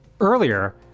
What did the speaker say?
Earlier